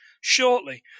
shortly